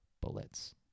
bullets